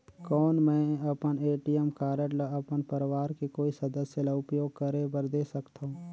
कौन मैं अपन ए.टी.एम कारड ल अपन परवार के कोई सदस्य ल उपयोग करे बर दे सकथव?